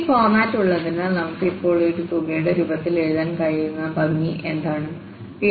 ഈ ഫോർമാറ്റ് ഉള്ളതിനാൽ ഇപ്പോൾ നമുക്ക് ഒരു തുകയുടെ രൂപത്തിൽ എഴുതാൻ കഴിയുന്ന ഭംഗി എന്താണ്P1xi01Lixf